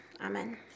Amen